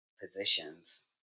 positions